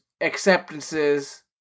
acceptances